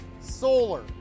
solar